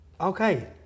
Okay